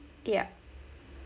yeah